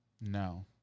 No